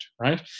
right